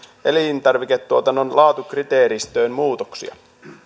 elintarviketuotannon laatukriteeristöön muutoksia